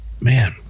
Man